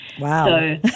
Wow